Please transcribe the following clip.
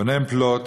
רונן פלוט.